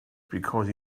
because